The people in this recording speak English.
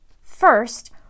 First